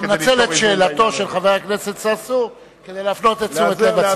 אתה מנצל את שאלתו של חבר הכנסת צרצור כדי להפנות את תשומת לב הציבור.